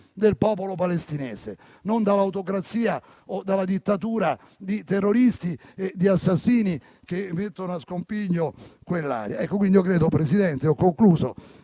del popolo palestinese, non dall'autocrazia o dalla dittatura di terroristi e di assassini che mettono a scompiglio quell'area. In conclusione, Presidente, Forza